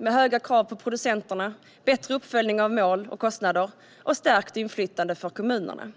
med höga krav på producenterna, bättre uppföljning av mål och kostnader och stärkt inflytande för kommunerna.